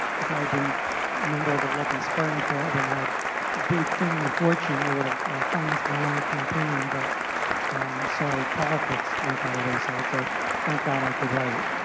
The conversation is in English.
if i had been a member of the lucky sperm club, and had a big family fortune, i would have financed my own campaign. but so politics went by the wayside. so thank god i could write.